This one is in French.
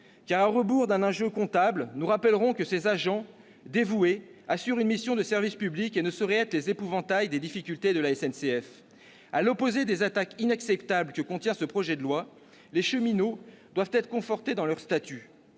pas. À rebours d'un enjeu comptable, rappelons que ces agents dévoués assurent une mission de service public et ne sauraient être des épouvantails masquant les difficultés de la SNCF. À l'opposé des attaques inacceptables que contient ce projet de loi, les cheminots doivent être confortés dans leur statut.